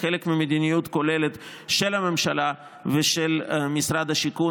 כחלק ממדיניות כוללת של הממשלה ושל משרד השיכון